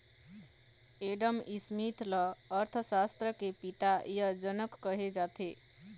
Adam Smith ल अर्थसास्त्र के पिता य जनक कहे जाथे